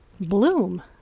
bloom